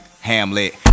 Hamlet